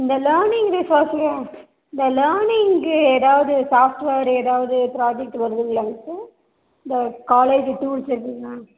இந்த learning research எல்லாம் இந்த லேர்னிங்கு எதாவது சாஃப்ட்டுவேர் எதாவது ப்ராஜெக்ட் வருதுங்களாங்க சார் இந்த காலேஜ் டூல்ஸு எப்படினா